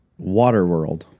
Waterworld